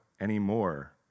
anymore